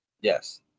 Yes